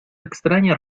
extraña